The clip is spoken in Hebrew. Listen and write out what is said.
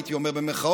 הייתי אומר במירכאות,